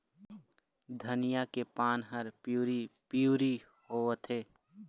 धनिया के पान हर पिवरी पीवरी होवथे?